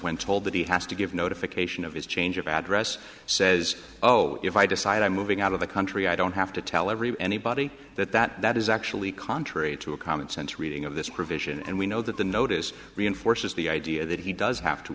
when told that he has to give notification of his change of address says oh if i decide i'm moving out of the country i don't have to tell everyone anybody that that is actually contrary to a common sense reading of this provision and we know that the notice reinforces the idea that he does have to